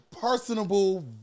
personable